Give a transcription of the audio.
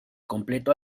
completo